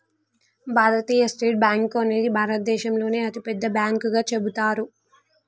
భారతీయ state bank అనేది భారతదేశంలోనే అతిపెద్ద బ్యాంకుగా చెబుతారు